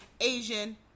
Asian